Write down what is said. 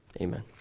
amen